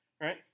right